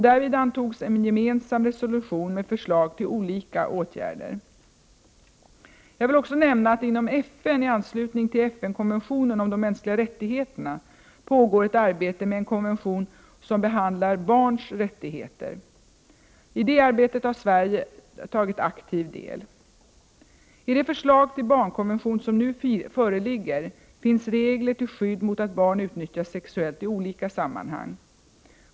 Därvid antogs en gemensam resolution med förslag till olika åtgärder. Jag vill också nämna att det inom FN i anslutning till FN-konventionen om de mänskliga rättigheterna pågår ett arbete med en konvention som behandlar barns rättigheter. I detta arbete tar Sverige aktiv del. I det förslag | till barnkonvention som nu föreligger finns regler till skydd mot att barn utnyttjas sexuellt i olika sammanhang.